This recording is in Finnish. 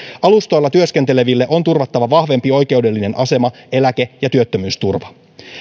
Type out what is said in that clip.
alustoilla työskenteleville on turvattava vahvempi oikeudellinen asema eläke ja työttömyysturva